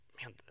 man